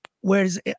Whereas